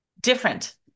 different